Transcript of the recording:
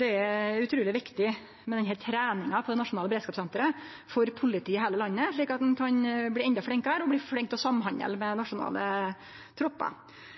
det er utruleg viktig med denne treninga på det nasjonale beredskapssenteret for politiet i heile landet, slik at ein kan bli endå flinkare og flink til å samhandle med nasjonale